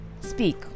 speak